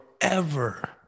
forever